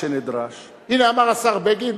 הנה אמר השר בגין: